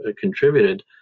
contributed